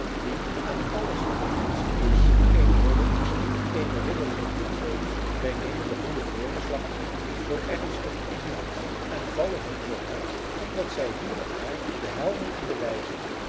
die aan alles wat het onze is eene romaneske eene ridderlijke tint geven wij nemen de goede voorgeslachten zoo ernstig te biecht en vallen hun zoo hard omdat zij hier en daar de helden en de wijzen